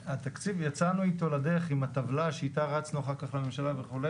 יצאנו עם התקציב לדרך עם הטבלה שאיתה רצנו אחר כך לממשלה וכו',